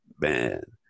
man